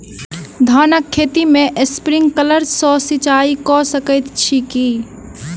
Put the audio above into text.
धानक खेत मे स्प्रिंकलर सँ सिंचाईं कऽ सकैत छी की?